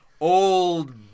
old